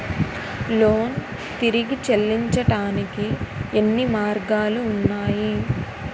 Loan తిరిగి చెల్లించటానికి ఎన్ని మార్గాలు ఉన్నాయి?